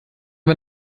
wir